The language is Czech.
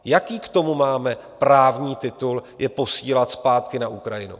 Jaký k tomu máme právní titul je posílat zpátky na Ukrajinu?